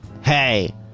Hey